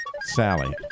Sally